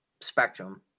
spectrum